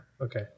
Okay